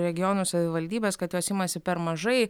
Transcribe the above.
regionų savivaldybes kad jos imasi per mažai